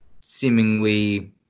seemingly